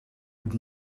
would